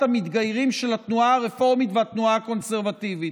המתגיירים של התנועה הרפורמית והתנועה הקונסרבטיבית,